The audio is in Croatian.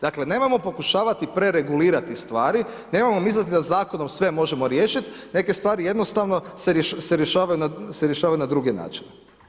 Dakle, nemojmo pokušavati preregulirati stvari, nemojmo misliti da zakonom sve možemo riješiti neke stvari jednostavno se rješavaju na druge načine.